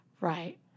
Right